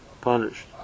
punished